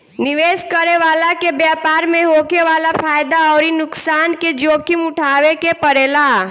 निवेश करे वाला के व्यापार में होखे वाला फायदा अउरी नुकसान के जोखिम उठावे के पड़ेला